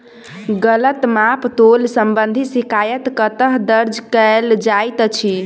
गलत माप तोल संबंधी शिकायत कतह दर्ज कैल जाइत अछि?